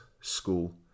school